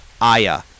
AYA